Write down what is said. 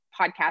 podcast